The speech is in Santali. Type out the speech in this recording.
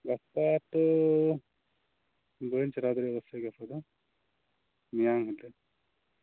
ᱜᱟᱯᱟ ᱛᱚ ᱵᱟᱹᱧ ᱪᱟᱞᱟᱣ ᱫᱟᱲᱮᱭᱟᱜ ᱢᱤᱭᱟᱝ ᱦᱤᱞᱳᱜ